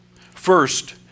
first